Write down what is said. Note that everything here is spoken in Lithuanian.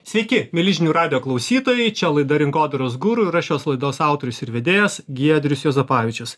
sveiki mieli žinių radijo klausytojai čia laida rinkodaros guru ir aš šios laidos autorius ir vedėjas giedrius juozapavičius